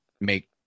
make